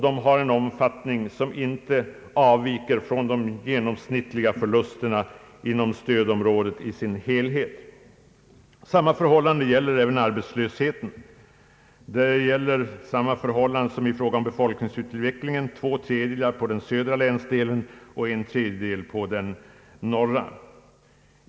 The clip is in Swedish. De har en omfattning som inte avviker från de genomsnittliga förlusterna i norra stödområdet i dess helhet. Samma förhållande som i fråga om befolkningsutvecklingen gäller även beträffande arbetslösheten. Två tredjedelar faller på den södra länsdelen och en tredjedel på den norra.